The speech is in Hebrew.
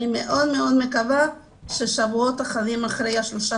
אני מאוד מאוד מקווה ששבועות אחדים לאחר שלושת